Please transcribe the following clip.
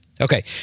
Okay